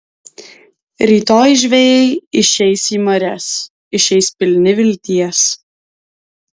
rytoj žvejai išeis į marias išeis pilni vilties